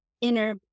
inner